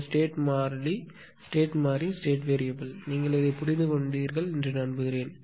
இந்த ஸ்டேட் மாறி நீங்கள் புரிந்து கொண்டீர்கள் என்று நம்புகிறேன்